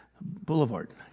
Boulevard